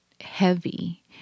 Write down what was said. heavy